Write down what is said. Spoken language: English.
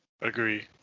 Agree